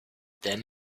then